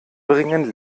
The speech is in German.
bringen